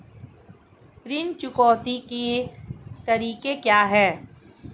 ऋण चुकौती के तरीके क्या हैं?